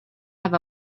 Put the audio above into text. have